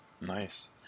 nice